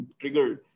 triggered